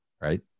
right